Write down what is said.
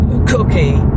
Cookie